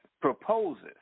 proposes